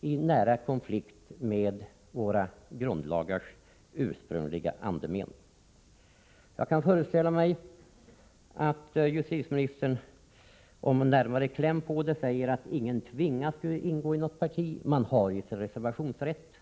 i nära konflikt med våra grundlagars ursprungliga andemening. Jag kan föreställa mig att justitieministern, om han närmare kläms på detta, säger att ingen tvingas ingå i ett parti. Man har ju sin reservationsrätt.